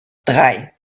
drei